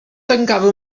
tancava